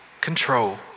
control